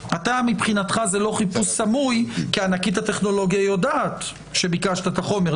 מבחינתך זה לא חיפוש סמוי כי ענקית הטכנולוגיה יודעת שביקשת את החומר,